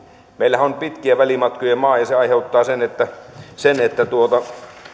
meillähän on pitkien välimatkojen maa ja se aiheuttaa sen että sen että